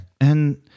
And-